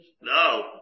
No